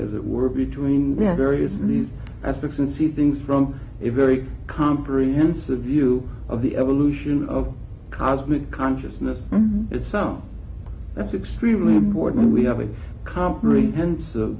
as it were between various these aspects and see things from a very comprehensive view of the evolution of cosmic consciousness itself that's extremely important we have a comprehensive